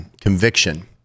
conviction